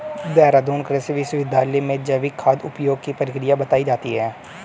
देहरादून कृषि विश्वविद्यालय में जैविक खाद उपयोग की प्रक्रिया बताई जाती है